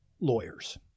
lawyers